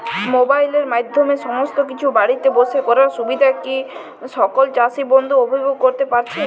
মোবাইলের মাধ্যমে সমস্ত কিছু বাড়িতে বসে করার সুবিধা কি সকল চাষী বন্ধু উপভোগ করতে পারছে?